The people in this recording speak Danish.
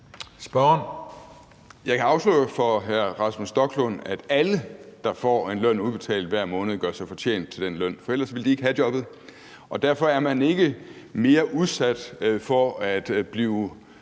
Jeg kan afsløre for hr. Rasmus Stoklund, at alle, der får en løn udbetalt hver måned, gør sig fortjent til den løn, for ellers ville de ikke have jobbet. Derfor er man ikke mere udsat for